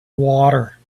water